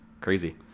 Crazy